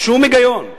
שום היגיון.